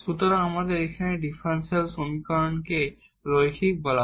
সুতরাং এখানে আমরা একটি ডিফারেনশিয়াল সমীকরণকে লিনিয়ার বলা হয়